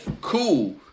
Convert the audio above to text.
cool